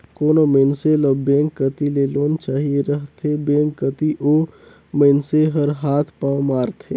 कोनो मइनसे ल बेंक कती ले लोन चाहिए रहथे बेंक कती ओ मइनसे हर हाथ पांव मारथे